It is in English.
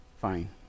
Fine